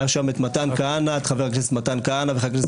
היו שם חבר הכנסת מתן כהנא וחבר הכנסת